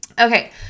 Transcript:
okay